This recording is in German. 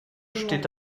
steht